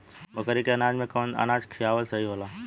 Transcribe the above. बकरी के अनाज में कवन अनाज खियावल सही होला?